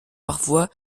parfois